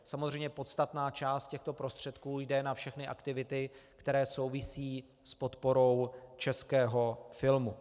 Samozřejmě podstatná část těchto prostředků jde na všechny aktivity, které souvisí s podporou českého filmu.